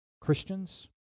Christians